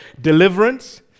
deliverance